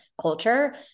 culture